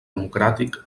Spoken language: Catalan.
democràtic